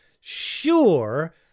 sure